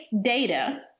data